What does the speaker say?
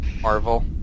Marvel